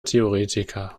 theoretiker